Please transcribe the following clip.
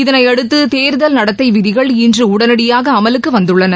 இதனையடுத்து தேர்தல் நடத்தை விதிகள் இன்று உடனடியாக அமலுக்கு வந்துள்ளன